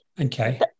Okay